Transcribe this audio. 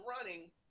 running